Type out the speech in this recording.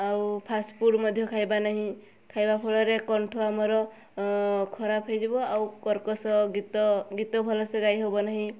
ଆଉ ଫାଷ୍ଟଫୁଡ଼୍ ମଧ୍ୟ ଖାଇବା ନାହିଁ ଖାଇବା ଫଳରେ କଣ୍ଠ ଆମର ଖରାପ ହୋଇଯିବ ଆଉ କର୍କଶ ଗୀତ ଗୀତ ଭଲରେ ଗାଇ ହେବ ନାହିଁ